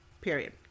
Period